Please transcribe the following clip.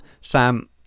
Sam